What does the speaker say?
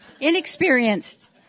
Inexperienced